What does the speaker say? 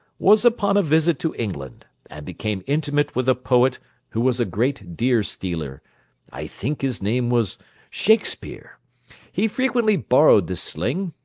was upon a visit to england, and became intimate with a poet who was a great deer-stealer i think his name was shakespeare he frequently borrowed this sling,